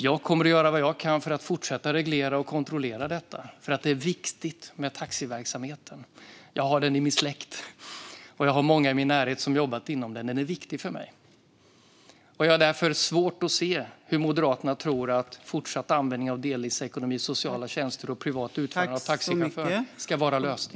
Jag kommer att göra vad jag kan för att fortsätta reglera och kontrollera detta, för det är viktigt med taxiverksamheten. Jag har den i min släkt, och jag har många i min närhet som jobbat inom den. Den är viktig för mig. Jag har svårt att se hur Moderaterna kan tro att fortsatt användning av delningsekonomi och sociala tjänster samt privat utförande av taxitjänster ska vara lösningen.